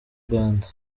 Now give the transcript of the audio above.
rwanda